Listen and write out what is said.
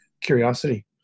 curiosity